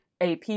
AP